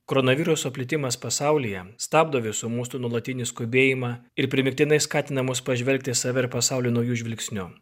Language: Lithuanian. koronaviruso plitimas pasaulyje stabdo visų mūsų nuolatinį skubėjimą ir primygtinai skatina mus pažvelgti į save ir pasaulį nauju žvilgsniu